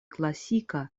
klasika